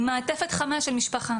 עם מעטפת חמה של משפחה